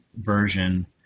version